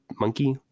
monkey